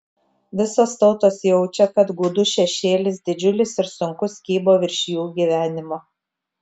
visos tautos jaučia kad gūdus šešėlis didžiulis ir sunkus kybo virš jų gyvenimo